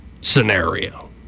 scenario